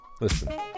Listen